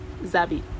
zabi